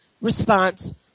response